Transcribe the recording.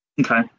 Okay